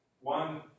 one